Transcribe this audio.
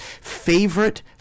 favorite